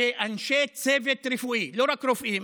שאנשי צוות רפואי, לא רק רופאים,